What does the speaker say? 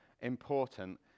important